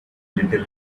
little